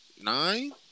nine